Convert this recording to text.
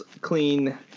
clean